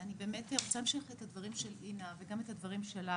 אני רוצה להמשיך את הדברים של אינה וגם את הדברים שלך,